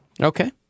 Okay